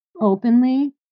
openly